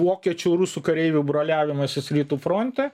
vokiečių rusų kareivių broliavimasis rytų fronte